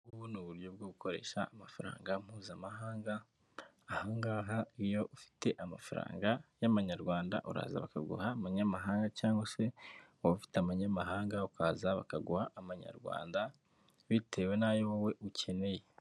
Ubu ni uburyo bwo gukoresha amafaranga mpuzamahanga, aha ngaha iyo ufite amafaranga y'amanyarwanda uraza bakaguha amanyamahanga cyangwa se waba ufite amanyamahanga ukaza bakaguha amanyarwanda bitewe n'ayo wowe ukeneye.